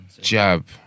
jab